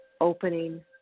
opening